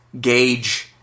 gauge